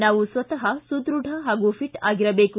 ನಾವು ಸ್ವತ ಸುದೃಢ ಹಾಗೂ ಫಿಟ್ ಆಗಿರಬೇಕು